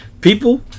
People